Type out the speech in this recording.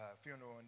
funeral